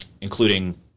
including